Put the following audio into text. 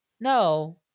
no